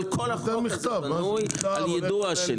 אבל כל החוק הזה בנוי על יידוע שלי.